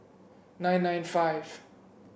nine nine five